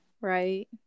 right